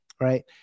Right